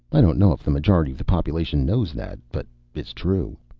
i don't know if the majority of the population knows that, but it's true.